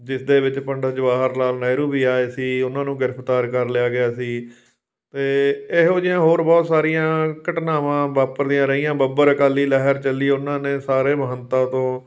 ਜਿਸ ਦੇ ਵਿੱਚ ਪੰਡਿਤ ਜਵਾਹਰ ਲਾਲ ਨਹਿਰੂ ਵੀ ਆਏ ਸੀ ਉਹਨਾਂ ਨੂੰ ਗ੍ਰਿਫਤਾਰ ਕਰ ਲਿਆ ਗਿਆ ਸੀ ਅਤੇ ਇਹੋ ਜਿਹੀਆਂ ਹੋਰ ਬਹੁਤ ਸਾਰੀਆਂ ਘਟਨਾਵਾਂ ਵਾਪਰਦੀਆਂ ਰਹੀਆਂ ਬੱਬਰ ਅਕਾਲੀ ਲਹਿਰ ਚੱਲੀ ਉਹਨਾਂ ਨੇ ਸਾਰੇ ਮਹੰਤਾ ਤੋਂ